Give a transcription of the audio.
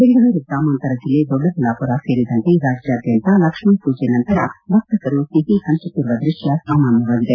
ಬೆಂಗಳೂರು ಗ್ರಾಮಾಂತರ ಜಿಲ್ಲೆ ದೊಡ್ಡಬಳ್ಳಾಪುರ ಸೇರಿದಂತೆ ರಾಜ್ಯಾದ್ಯಂತ ಲಕ್ಷ್ಮೀ ಪೂಜೆ ನಂತರ ವರ್ತಕರು ಸಿಹಿ ಹಂಚುತ್ತಿರುವ ದೃತ್ಕ ಸಾಮಾನ್ಯವಾಗಿದೆ